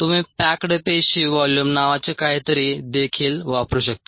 तुम्ही पॅक्ड पेशी व्हॉल्यूम नावाचे काहीतरी देखील वापरू शकता